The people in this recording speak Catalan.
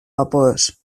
vapors